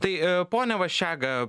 tai pone vaščega